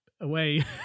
away